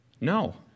no